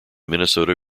minnesota